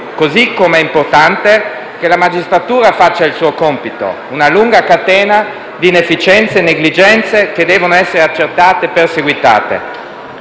Così come è importante che la magistratura faccia il suo compito. Una lunga catena di inefficienze e negligenze che devono essere accertate e perseguite.